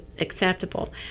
acceptable